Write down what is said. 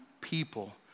people